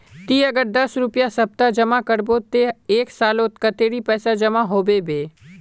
ती अगर दस रुपया सप्ताह जमा करबो ते एक सालोत कतेरी पैसा जमा होबे बे?